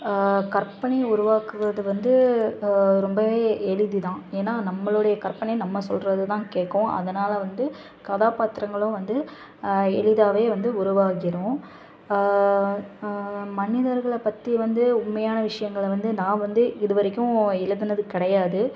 கற்பனை உருவாக்குவது வந்து ரொம்பவே எளிது தான் ஏன்னா நம்மளுடைய கற்பனை நம்ம சொல்கிறது தான் கேட்கும் அதனால் வந்து கதாபாத்திரங்களும் வந்து எளிதாகவே வந்து உருவாகிரும் மனிதர்கள் பற்றி வந்து உண்மையான விஷயங்கள வந்து நான் வந்து இது வரைக்கும் எழுதுனது கிடையாது